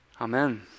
Amen